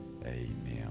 Amen